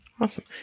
awesome